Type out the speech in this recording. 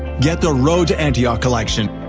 get the road to antioch collection,